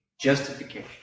Justification